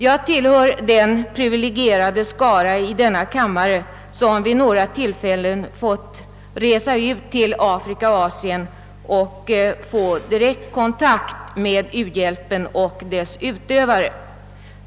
Jag tillhör den privilegierade skara i denna kammare som vid några tillfällen fått resa ut till Afrika och Asien och där fått direkt kontakt med u-hjälpen och dess utövare.